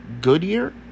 Goodyear